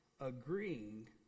agreeing